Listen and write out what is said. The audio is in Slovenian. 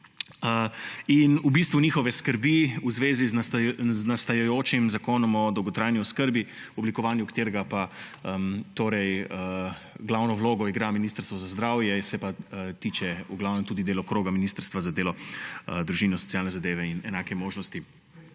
in njihove skrbi v zvezi z nastajajočim zakonom o dolgotrajni oskrbi, pri oblikovanju katerega pa glavno vlogo igra Ministrstvo za zdravje, se pa tiče v glavnem tudi delokroga Ministrstva za delo, družino, socialne zadeve in enake možnosti.